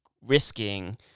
risking